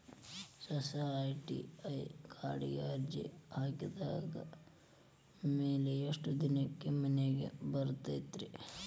ಹೊಸಾ ಎ.ಟಿ.ಎಂ ಕಾರ್ಡಿಗೆ ಅರ್ಜಿ ಹಾಕಿದ್ ಮ್ಯಾಲೆ ಎಷ್ಟ ದಿನಕ್ಕ್ ಮನಿಗೆ ಬರತೈತ್ರಿ?